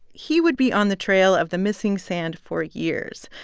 he would be on the trail of the missing sand for years.